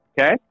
Okay